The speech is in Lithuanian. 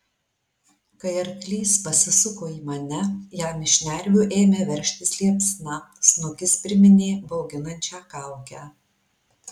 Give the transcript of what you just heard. kai arklys pasisuko į mane jam iš šnervių ėmė veržtis liepsna snukis priminė bauginančią kaukę